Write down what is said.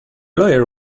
lawyer